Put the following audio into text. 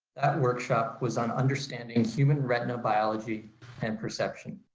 workshop was on understanding human retina biology and perception,